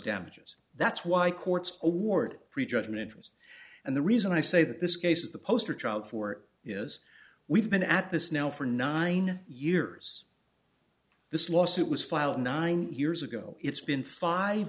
damages that's why courts award pre judgment interest and the reason i say that this case is the poster child for is we've been at this now for nine years this lawsuit was filed nine years ago it's been five